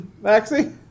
Maxie